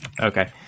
okay